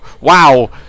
Wow